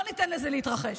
לא ניתן לזה להתרחש.